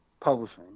Publishing